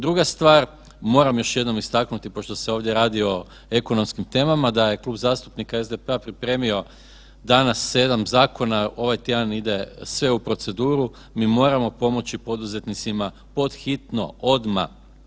Druga stvar, moram još jednom istaknuti pošto se ovdje radi o ekonomskim temama da je Klub zastupnika SDP-a pripremio danas 7 zakona, ovaj tjedan ide sve u proceduru, mi moramo pomoći poduzetnicima pod hitno, odmah.